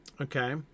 Okay